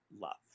love